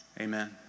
Amen